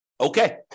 Okay